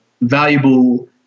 valuable